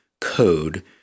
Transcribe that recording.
code